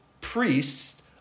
priests